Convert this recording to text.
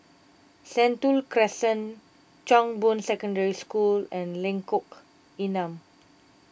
Sentul Crescent Chong Boon Secondary School and Lengkok Enam